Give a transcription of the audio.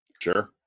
Sure